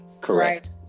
correct